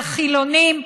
על חילונים,